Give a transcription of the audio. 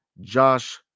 Josh